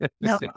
no